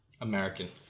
American